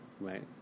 right